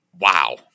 wow